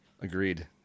Agreed